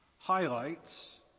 highlights